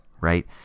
right